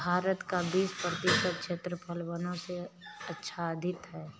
भारत का बीस प्रतिशत क्षेत्र वनों से आच्छादित है